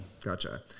gotcha